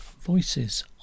Voices